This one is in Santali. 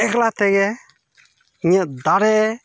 ᱮᱠᱞᱟ ᱛᱮᱜᱮ ᱤᱧᱟᱹᱜ ᱫᱟᱲᱮ